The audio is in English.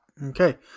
Okay